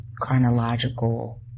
chronological